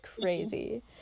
crazy